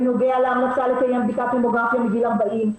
בנוגע להמלצה לקיים בדיקת ממוגרפיה מגיל 40,